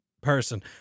person